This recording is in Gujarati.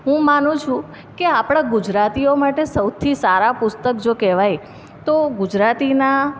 હું માનું છું કે આપણા ગુજરાતીઓ માટે સૌથી સારા પુસ્તક જો કહેવાય તો ગુજરાતીના